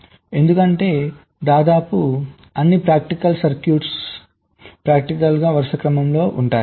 ఎందుకంటే దాదాపు అన్ని ప్రాక్టికల్ సర్క్యూట్లు ప్రాక్టికల్ గా వరుసక్రమంలో ఉంటాయి